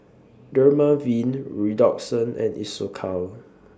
Dermaveen Redoxon and Isocal